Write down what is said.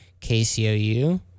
KCOU